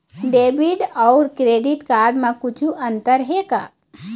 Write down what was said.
Debit अऊ credit card म कुछू अंतर हे का?